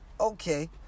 Okay